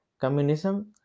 communism